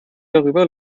darüber